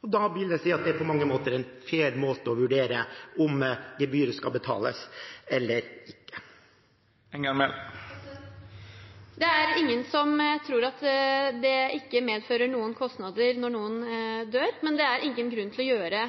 gebyr. Da vil jeg si at det er en fair måte å vurdere om gebyret skal betales, eller ikke. Ingen tror det ikke medfører noen kostnader når noen dør, men det er ingen grunn til å gjøre